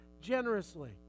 generously